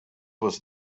was